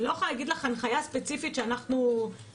אני לא יכולה להגיד לך הנחיה ספציפית שאנחנו --- לא,